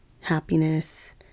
happiness